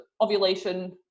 ovulation